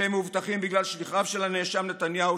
אתם מאובטחים בגלל שליחיו של הנאשם נתניהו,